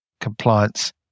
compliance